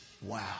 Wow